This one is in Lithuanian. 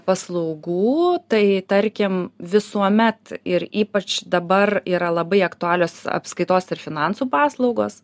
paslaugų tai tarkim visuomet ir ypač dabar yra labai aktualios apskaitos ir finansų paslaugos